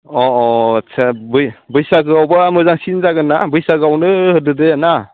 अ अ आच्चा बै बैसागोआवबा मोजांसिन जागोन ना बैसागोआवनो होदो दे ना